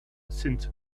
since